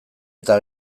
eta